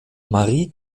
marie